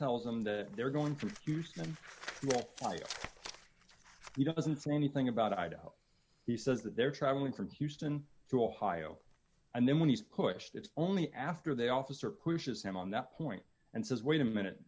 tells them that they're going to fight he doesn't say anything about idaho he says that they're traveling from houston to ohio and then when he's pushed it's only after they officer pushes him on that point and says wait a minute